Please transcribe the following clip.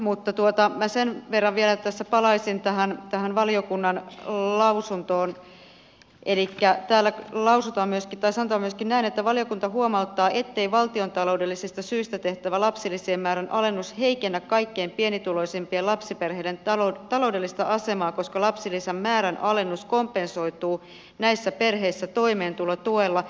mutta sen verran tässä palaisin tähän valiokunnan lausuntoon että täällä sanotaan myöskin näin että valiokunta huomauttaa ettei valtiontaloudellisista syistä tehtävä lapsilisien määrän alennus heikennä kaikkein pienituloisimpien lapsiperheiden taloudellista asemaa koska lapsilisän määrän alennus kompensoituu näissä perheissä toimeentulotuella